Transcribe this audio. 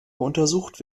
untersucht